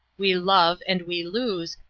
we love and we lose,